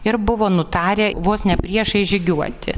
ir buvo nutarę vos ne priešais žygiuoti